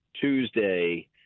Tuesday